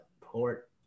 port